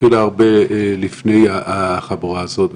התחילה הרבה לפני החבורה הזאת.